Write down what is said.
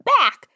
back